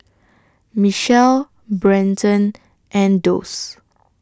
Michell Brenton and Doss